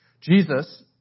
Jesus